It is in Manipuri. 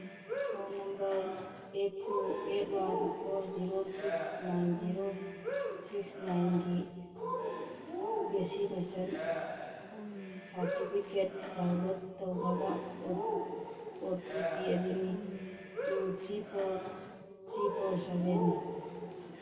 phone number eight two eight one four zero six nine zero six ꯅꯥꯏꯟꯒꯤ ꯚꯦꯛꯁꯤꯅꯦꯁꯟ ꯁꯥꯔꯇꯤꯐꯤꯀꯦꯠ ꯗꯥꯎꯟꯂꯣꯠ ꯇꯧꯅꯕ ꯑꯣ ꯇꯤ ꯄꯤ ꯑꯗꯨꯅꯤ two three four three four ꯁꯚꯦꯟꯅꯤ